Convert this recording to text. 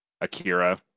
Akira